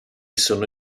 sono